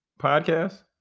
podcast